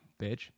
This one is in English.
bitch